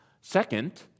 Second